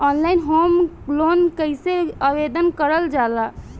Online home loan कैसे आवेदन करल जा ला?